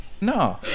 no